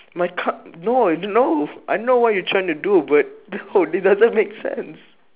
my car no no I know what you're trying to do but no it doesn't make sense